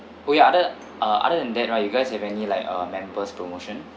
oh ya other uh other than that right you guys have any like uh members promotion